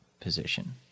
position